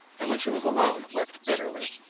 and when she was alone wept bitterly.